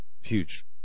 huge